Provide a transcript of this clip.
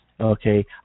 Okay